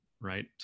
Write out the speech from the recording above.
right